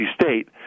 State